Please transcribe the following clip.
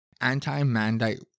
anti-mandate